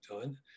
done